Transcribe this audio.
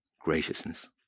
graciousness